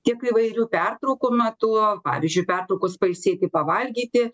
tiek įvairių pertraukų metu pavyzdžiui pertraukos pailsėti pavalgyti